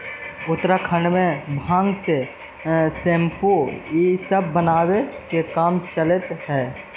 उत्तराखण्ड में भाँग से सेम्पू इ सब बनावे के काम चलित हई